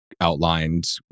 outlined